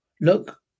Look